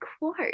quote